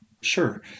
Sure